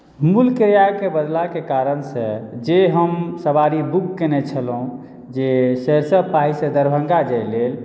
मूल किरायाक बढ़लाके कारणसँ जे हम सवारी बुक कयने छलहुँ जे सरिसबपाहीसँ दरभङ्गा जाय लेल